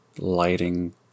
lighting